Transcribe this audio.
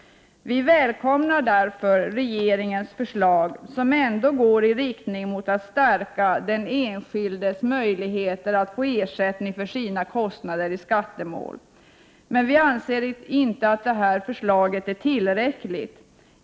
Vi välkomnar därför regeringens förslag, som ändå går i riktning mot att stärka den enskildes möjligheter att få ersättning för sina kostnader i skattemål. Men vi anser inte att det här förslaget är tillräckligt.